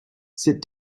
sit